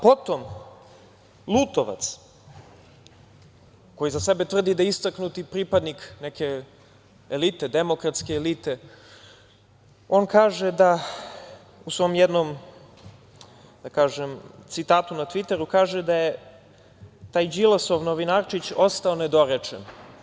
Potom, Lutovac, koji za sebe tvrdi da je istaknuti pripadnik neke elite, demokratske elite, on u svom jednom citatu na Tviteru kaže da je taj Đilasov novinarčić ostao nedorečen.